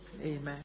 Amen